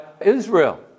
Israel